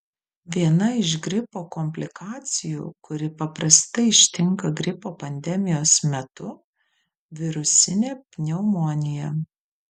viena iš gripo komplikacijų kuri paprastai ištinka gripo pandemijos metu virusinė pneumonija